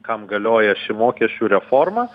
kam galioja ši mokesčių reforma